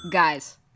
Guys